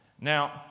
Now